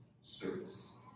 service